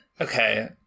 okay